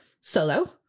solo